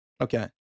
Okay